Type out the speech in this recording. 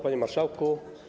Panie Marszałku!